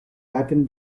latin